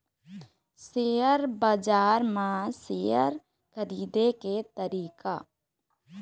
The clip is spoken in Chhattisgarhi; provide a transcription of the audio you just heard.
सेयर बजार म शेयर खरीदे के तरीका?